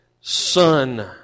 Son